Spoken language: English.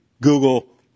Google